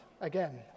Again